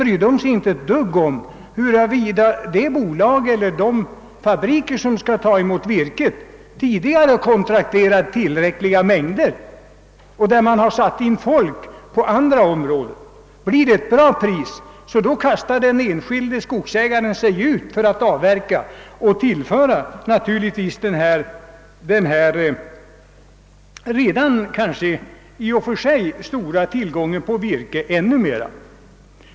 Han bryr sig inte om huruvida de fabriker som skall ta emot virket har kontrakterat tillräckliga mängder och satt in tillräckligt med folk i arbetet. Blir det ett bra pris, kastar sig den enskilde skogsägaren ut för att avverka och ökar den kanske redan stora tillgången på virke ännu mera.